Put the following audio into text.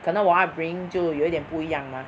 可能我 upbringing 就有点不一样 lah